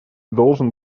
должен